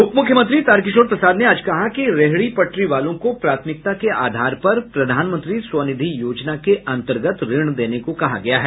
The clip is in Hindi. उप मुख्यमंत्री तारकिशोर प्रसाद ने आज कहा कि रेहड़ी पटरी वालों को प्राथमिकता के आधार पर प्रधानमंत्री स्वनिधि योजना के अंतर्गत ऋण देने को कहा गया है